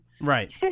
Right